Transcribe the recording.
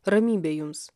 ramybė jums